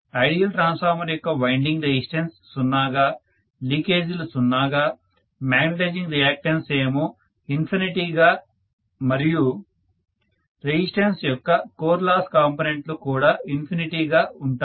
ideal transformer యొక్క winding resistance 0 గా లీకేజీలు 0 గా మాగ్నెటైజింగ్ రియాక్టన్ట్స్ ఏమో ఇన్ఫినిటీగా మరియు రెసిస్టెన్స్ యొక్క కోర్ లాస్ కాంపోనెంట్ లు కూడా ఇన్ఫినిటీగా ఉంటాయి